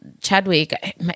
Chadwick